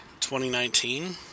2019